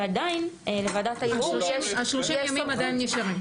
ועדין לוועדת הערעור --- ה-30 ימים עדין נשארים.